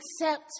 accept